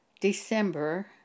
December